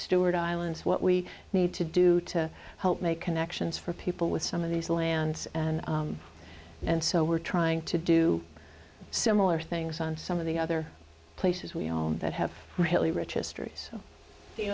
steward islands what we need to do to help make connections for people with some of these lands and and so we're trying to do similar things on some of the other places we own that have really